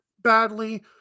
badly